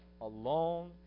alone